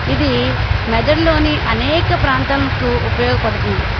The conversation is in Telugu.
ఇది మెదడులోని అనేక ప్రాంతంకు ఉపయోగపడుతుంది